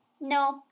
No